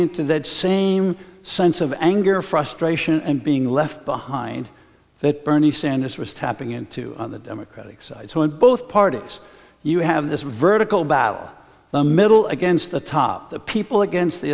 into that same sense of anger frustration and being left behind that bernie sanders was tapping into on the democratic side so in both parties you have this vertical battle the middle against the top the people against the